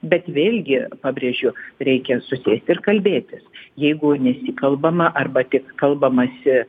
bet vėlgi pabrėžiu reikia susėsti ir kalbėtis jeigu nesikalbama arba tik kalbamasi